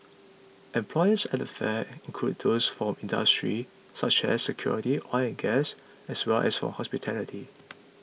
employers at the fair include those from industries such as security oil and gas as well as hospitality